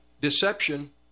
Deception